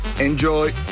Enjoy